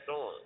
on